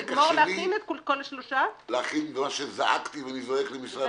והלקח שלי מה שזעקתי ואני זועק למשרד